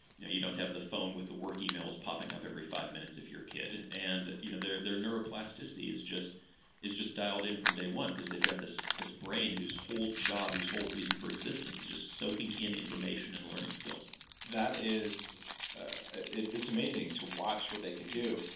you know, you don't have the phone with the work emails popping up every five minutes if you're a kid. and you know their their neuroplasticity is just is just dialed in from day one because they've got this this brain whose whole job, whose whole reason for existence, is just soaking in information and learning skills ah it's amazing to watch what they can do,